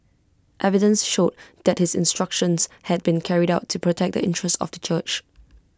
evidence showed that his instructions had been carried out to protect the interests of the church